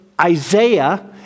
Isaiah